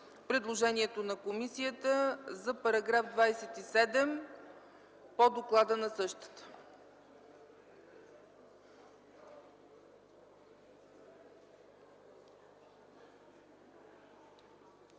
предложението на комисията за § 27 по доклада на същата.